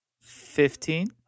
Fifteen